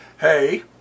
hey